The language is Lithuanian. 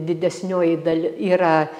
didesnioji dal yra